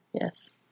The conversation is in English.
Yes